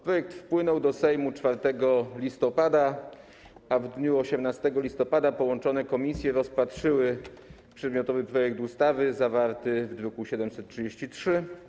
Projekt wpłynął do Sejmu 4 listopada, a w dniu 18 listopada połączone komisje rozpatrzyły przedmiotowy projekt ustawy zawarty w druku nr 733.